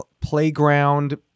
playground